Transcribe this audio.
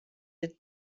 dit